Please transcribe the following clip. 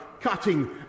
cutting